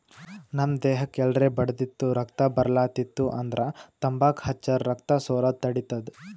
ನಮ್ ದೇಹಕ್ಕ್ ಎಲ್ರೆ ಬಡ್ದಿತ್ತು ರಕ್ತಾ ಬರ್ಲಾತಿತ್ತು ಅಂದ್ರ ತಂಬಾಕ್ ಹಚ್ಚರ್ ರಕ್ತಾ ಸೋರದ್ ತಡಿತದ್